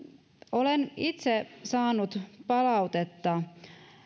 olen itse saanut palautetta